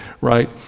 right